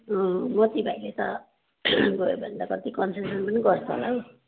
मोती भाइले त गयो भने कति कन्सेसन पनि गर्छ होला हौ